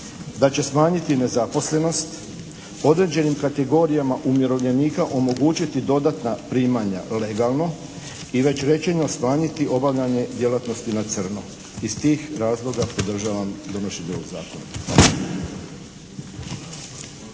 Da će smanjiti nezaposlenost. Određenim kategorijama umirovljenika omogućiti dodatna primanja legalno. I već rečeno smanjiti obavljanje djelatnosti na crno. Iz tih razloga podržavam donošenje ovog Zakona.